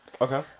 Okay